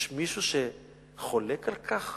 יש מישהו שחולק על כך